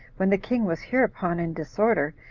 when the king was hereupon in disorder,